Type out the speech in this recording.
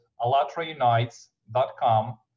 alatraunites.com